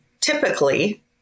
typically